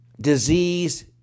disease